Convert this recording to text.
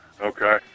Okay